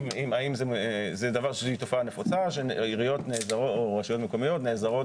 האם זה דבר שהיא תופעה נפוצה שרשויות מקומיות נעזרות